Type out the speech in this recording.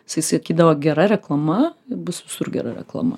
jisai sakydavo gera reklama bus visur gera reklama